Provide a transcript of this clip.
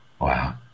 Wow